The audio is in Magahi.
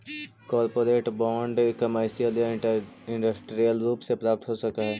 कॉरपोरेट बांड कमर्शियल या इंडस्ट्रियल रूप में प्राप्त हो सकऽ हई